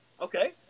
Okay